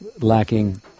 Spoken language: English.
lacking